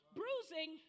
bruising